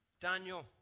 Daniel